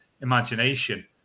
imagination